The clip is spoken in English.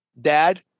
Dad